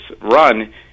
run